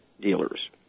dealers